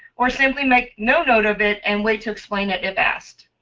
or simply make no note of it and wait to explain it if asked?